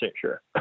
sure